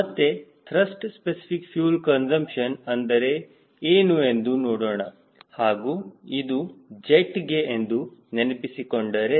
ಮತ್ತೆ thrust specific fuel consumption ಅಂದರೆ ಏನು ಎಂದು ನೋಡೋಣ ಹಾಗೂ ಇದು ಜೆಟ್ಗೆ ಎಂದು ನೆನಪಿಸಿಕೊಂಡರೆ